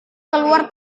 keluar